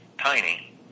tiny